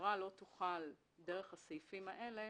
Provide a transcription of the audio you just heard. המשטרה לא תוכל דרך הסעיפים האלה